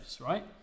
right